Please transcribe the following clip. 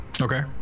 Okay